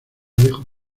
dejo